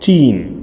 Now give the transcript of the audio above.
China